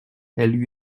elle